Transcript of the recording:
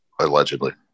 allegedly